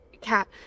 cat